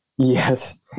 Yes